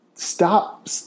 Stop